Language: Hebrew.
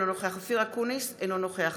אינו נוכח